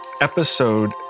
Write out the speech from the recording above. episode